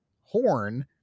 Horn